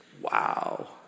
wow